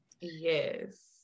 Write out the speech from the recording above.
Yes